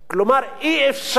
כלומר, אי-אפשר,